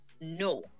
no